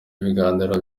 ibiganiro